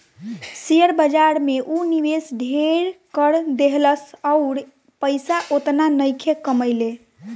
share बाजार में ऊ निवेश ढेर क देहलस अउर पइसा ओतना नइखे कमइले